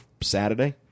Saturday